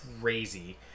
crazy